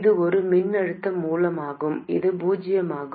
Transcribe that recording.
இது ஒரு மின்னழுத்த மூலமாகும் இது பூஜ்ஜியமாகும்